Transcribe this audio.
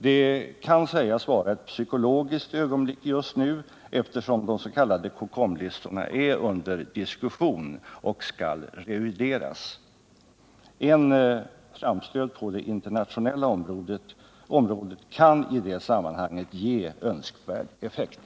Det kan just nu vara det psykologiskt rätta ögonblicket att göra det, eftersom de s.k. COCOM-listorna är under diskussion och skall revideras. En framstöt på det internationella planet kan i det sammanhanget ge önskvärd effekt.